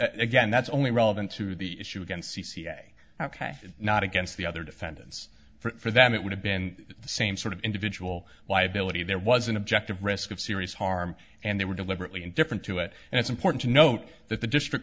again that's only relevant to the issue against c c a ok not against the other defendants for them it would have been the same sort of individual liability there was an objective risk of serious harm and they were deliberately indifferent to it and it's important to note that the district